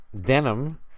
denim